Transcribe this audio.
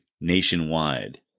nationwide